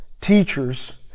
teachers